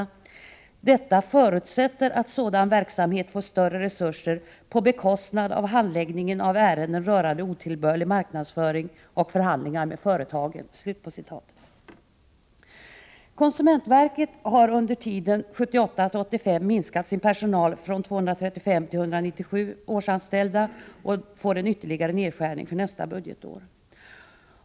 Det förutsätter att sådan verksamhet får större resurser på bekostnad av handläggningen av ärenden rörande otillbörlig marknadsföring och förhandlingar med företagen.” Konsumentverket har under tiden 1978-1985 minskat sin personal från 235 till 197 årsanställda och får en ytterligare nedskärning för nästa budgetår.